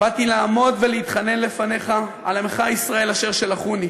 "באתי לעמוד ולהתחנן לפניך על עמך ישראל אשר שלחוני,